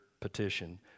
petition